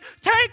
Take